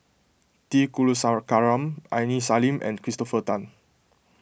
T Kulasekaram Aini Salim and Christopher Tan